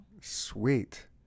sweet